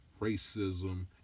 racism